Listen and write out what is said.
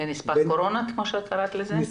זה נספח קורונה, כמו שקראת לזה?